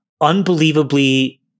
unbelievably